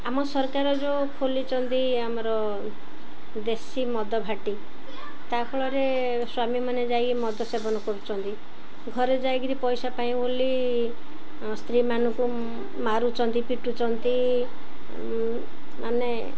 ଆମ ସରକାର ଯେଉଁ ଖୋଲିଛନ୍ତି ଆମର ଦେଶୀ ମଦଭାଟି ତା ଫଳରେ ସ୍ୱାମୀମାନେ ଯାଇକି ମଦ ସେବନ କରୁଛନ୍ତି ଘରେ ଯାଇକିରି ପଇସା ପାଇଁ ବୋଲି ସ୍ତ୍ରୀମାନଙ୍କୁ ମାରୁଛନ୍ତି ପିଟୁଛନ୍ତି ମାନେ